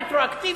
רטרואקטיבית,